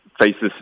faces